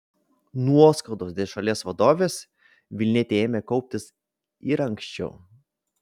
nuoskaudos dėl šalies vadovės vilnietei ėmė kauptis ir anksčiau